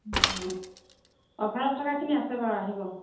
অ' অফাৰত থকাখিনি আছে বাৰু আহিব